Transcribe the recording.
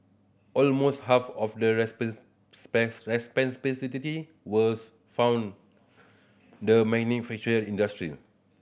almost half of the was from the manufacturing industry